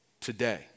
today